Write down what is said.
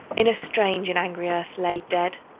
in a strange and angry earth laid dead.